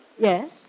Yes